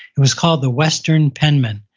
it was called the western penman.